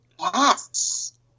Yes